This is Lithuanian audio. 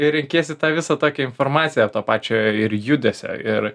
ir renkiesi tą visą tokią informaciją pačio ir judesio ir